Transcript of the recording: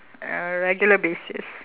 a regular basis